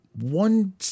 one